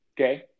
Okay